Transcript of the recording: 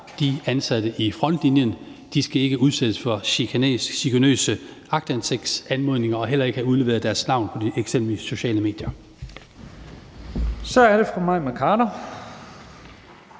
de ansatte i frontlinjen ikke skal udsættes for chikanøse aktindsigtsanmodninger og heller ikke have udleveret deres navn på eksempelvis sociale medier. Kl. 16:04 Første